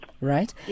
Right